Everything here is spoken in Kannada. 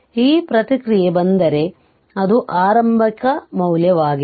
ಈ ಪ್ರತಿಕ್ರಿಯೆಗೆ ಬಂದರೆ ಇದು ಆರಂಭಿಕ ಮೌಲ್ಯವಾಗಿದೆ